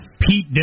Pete